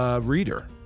Reader